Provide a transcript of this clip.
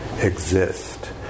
exist